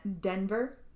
Denver